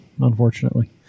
unfortunately